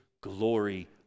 glory